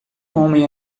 homem